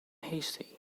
hasty